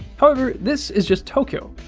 however, this is just tokyo.